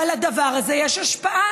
אבל לדבר הזה יש השפעה,